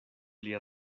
pli